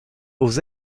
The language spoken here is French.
aux